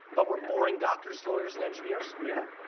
but were boring doctors, lawyers and engineers? yeah, yeah.